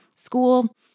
school